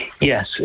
Yes